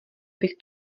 bych